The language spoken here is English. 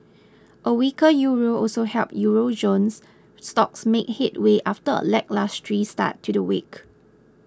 a weaker Euro also helped Euro zones stocks make headway after a lacklustre start to the week